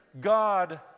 God